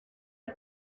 fue